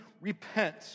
repent